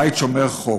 בית שומר חוק.